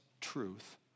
truth